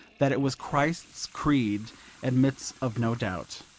that it was christ's creed admits of no doubt.